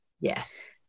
Yes